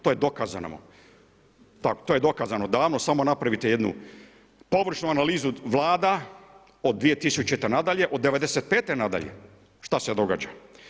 To je dokazano, to je dokazano davno samo napravite jednu površnu analizu Vlada od 2000. nadalje, od '95. nadalje šta se događa.